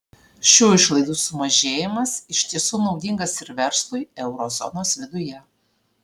šių išlaidų sumažėjimas iš tiesų naudingas ir verslui euro zonos viduje